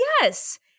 Yes